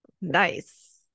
Nice